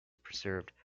preserved